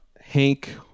Hank